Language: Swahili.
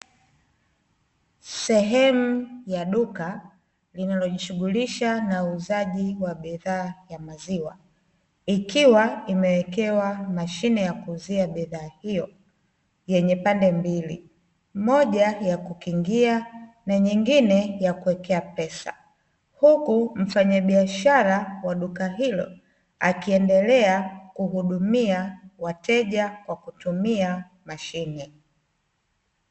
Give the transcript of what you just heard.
Sehemu ya duka, linalojishughulisha na uuzaji wa bidhaa ya maziwa, ikiwa imewekewa mashine ya kuuzia bidhaa hiyo, yenye pande mbili, moja ya kukingia na nyengine ya kuwekea pesa. Huku mfanyabiashara wa duka hilo, akiendelea kuhudumia wateja kwa kutumia mashine.